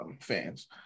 fans